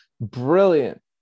brilliant